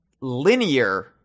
linear